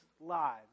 lives